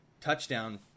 touchdown